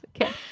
Okay